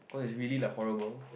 cause it's really like horrible